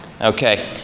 okay